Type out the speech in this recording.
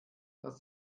dass